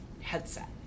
headset